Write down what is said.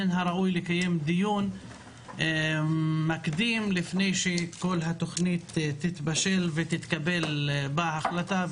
מן הראוי לקיים דיון מקדים לפני שכל התוכנית תתבשל ותתקבל בהחלטה.